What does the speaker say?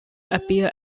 appear